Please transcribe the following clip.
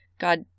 God